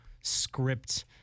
script